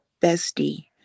bestie